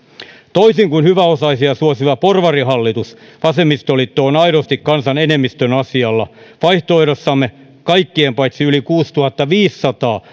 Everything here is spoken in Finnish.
toisin kuin hyväosaisia suosiva porvarihallitus vasemmistoliitto on aidosti kansan enemmistön asialla vaihtoehdossamme kaikkien paitsi yli kuusituhattaviisisataa